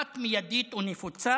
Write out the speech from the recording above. אחת מיידית ונפוצה,